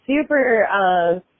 super